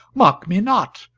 mock me not,